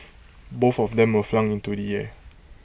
both of them were flung into the air